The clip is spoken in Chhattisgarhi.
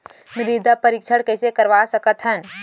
मृदा परीक्षण कइसे करवा सकत हन?